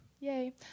Yay